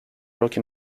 rocky